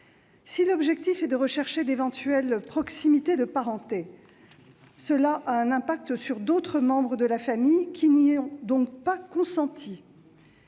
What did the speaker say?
Si l'objectif est de rechercher d'éventuelles proximités de parenté, cela a un impact sur d'autres membres de la famille, qui n'y ont donc pas consenti.